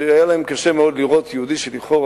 היה להם קשה מאוד לראות יהודי שלכאורה